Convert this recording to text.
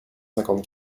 cinquante